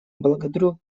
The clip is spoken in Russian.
благодарю